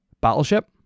battleship